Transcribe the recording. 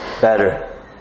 better